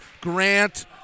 Grant